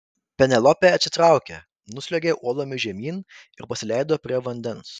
penelopė atsitraukė nusliuogė uolomis žemyn ir pasileido prie vandens